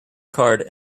card